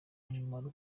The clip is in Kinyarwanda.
umumaro